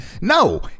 No